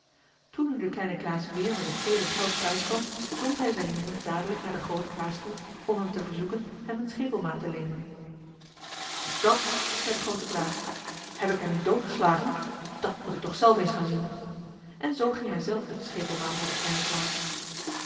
toen nu de kleine klaas weer met het vele geld thuis kwam zond hij zijn jongen dadelijk naar den grooten klaas toe om hem te verzoeken hem een schepelmaat te leenen wat is dat zei de groote klaas heb ik hem niet doodgeslagen dat moet ik toch zelf eens gaan zien en zoo ging hij zelf met de schepelmaat naar den kleinen klaas